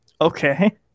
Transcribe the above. Okay